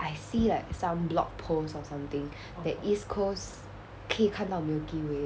I see like some blog posts or something that east coast 可以看到 milky way